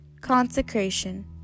Consecration